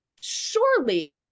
surely